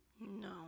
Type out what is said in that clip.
No